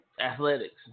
Athletics